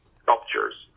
sculptures